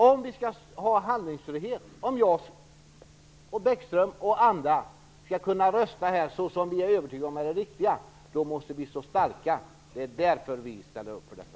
Om vi skall ha handlingsfrihet, och om jag, Lars Bäckström och andra skall kunna rösta här på det sätt som vi är övertygade om är det riktiga, då måste vi stå starka. Det är därför som vi ställer oss bakom detta.